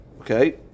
Okay